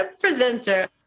presenter